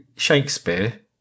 Shakespeare